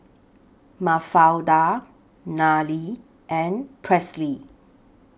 Mafalda Nery and Presley